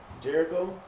Jericho